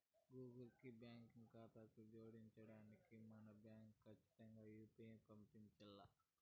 Google కి బాంకీ కాతాను జోడించడానికి మా బాంకీ కచ్చితంగా యూ.పీ.ఐ పంజేయాల్ల